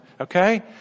Okay